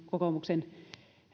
kokoomuksen